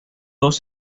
dos